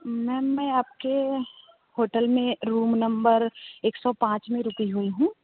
ma'am मैं आपके hotel में रूम नंबर एक सौ पाँच में रुकी हुई हूँ